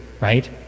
right